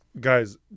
Guys